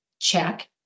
Check